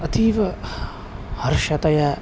अतीव हर्षतया